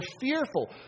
fearful